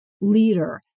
leader